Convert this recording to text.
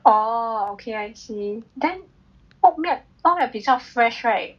oh ok I see then oat milk oat milk 比较 fresh right